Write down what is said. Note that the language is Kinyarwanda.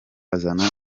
azana